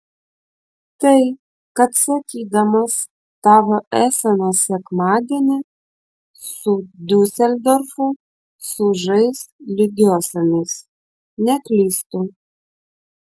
tai kad sakydamas tavo esenas sekmadienį su diuseldorfu sužais lygiosiomis neklystu